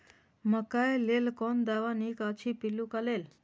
मकैय लेल कोन दवा निक अछि पिल्लू क लेल?